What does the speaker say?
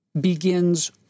begins